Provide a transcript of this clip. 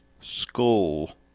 school